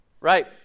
Right